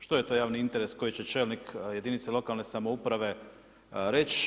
Što je to javni interes koji će čelnik jedinice lokalne samouprave reći.